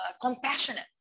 compassionate